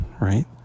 right